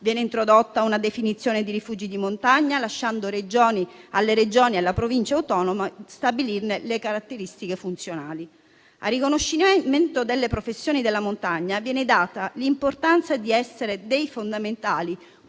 Viene introdotta una definizione di rifugi di montagna, lasciando alle Regioni e alle Province autonome la facoltà di stabilirne le caratteristiche funzionali. A riconoscimento delle professioni della montagna, viene data loro importanza quali fondamentali